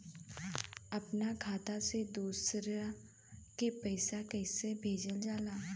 अपना खाता से दूसरा में पैसा कईसे भेजल जाला?